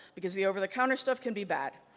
because the over the counter stuff can be bad.